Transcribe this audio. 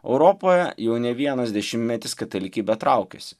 europoje jau ne vienas dešimtmetis katalikybė traukiasi